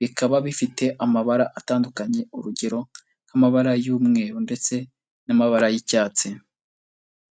bikaba bifite amabara atandukanye urugero nk'amabara y'umweru ndetse n'amabara y'icyatsi.